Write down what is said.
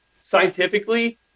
scientifically